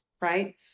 right